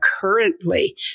currently